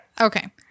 Okay